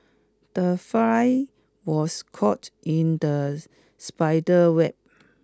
the fly was caught in the spider's web